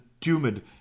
tumid